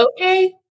okay